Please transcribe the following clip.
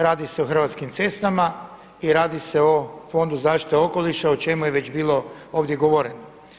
Radi se o Hrvatskim cestama i radi se o Fondu zaštite okoliša o čemu je već bilo ovdje govoreno.